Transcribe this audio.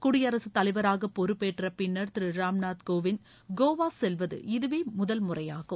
குடியரசுத்தலைவராக பொறுப்பேற்ற பின்னர் திருராம்நாத் கோவிந்த் கோவா செல்வது இதுவே முதல் முறையாகும்